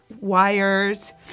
wires